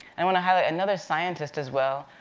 and wanna highlight another scientist as well.